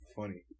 funny